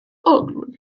ugly